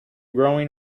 growing